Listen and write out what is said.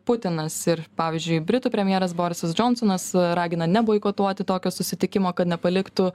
putinas ir pavyzdžiui britų premjeras borisas džonsonas ragina neboikotuoti tokio susitikimo kad nepaliktų